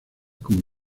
como